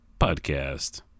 podcast